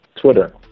Twitter